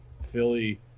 Philly